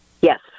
Yes